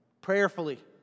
prayerfully